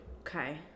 Okay